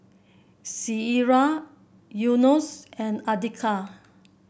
Syirah Yunos and Andika